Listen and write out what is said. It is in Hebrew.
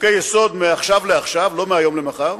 חוקי-יסוד מעכשיו לעכשיו, לא מהיום למחר,